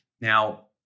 Now